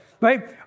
right